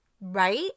Right